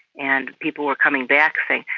and people were coming back saying,